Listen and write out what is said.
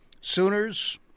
Sooners